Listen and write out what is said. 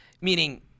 meaning